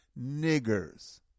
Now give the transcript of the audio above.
niggers